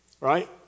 Right